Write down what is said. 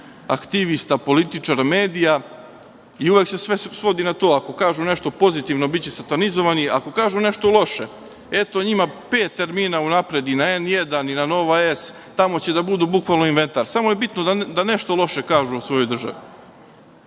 aktivista, političara, medija i uvek se sve svodi na to, ako kažu nešto pozitivno, biće satanizovani, ako kažu nešto loše, eto njima pet termina unapred i na N1 i na Nova S, tamo će da budu bukvalno inventar, samo je bitno da nešto loše kažu o svojoj državi. Mislim